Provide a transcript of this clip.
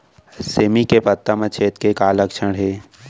सेमी के पत्ता म छेद के का लक्षण हे?